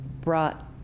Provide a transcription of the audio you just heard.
brought